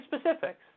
specifics